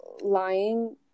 lying